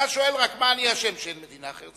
אתה שואל רק: מה אני אשם שאין מדינה אחרת,